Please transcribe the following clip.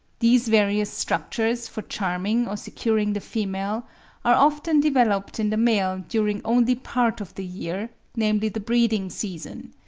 these various structures for charming or securing the female are often developed in the male during only part of the year, namely the breeding-season.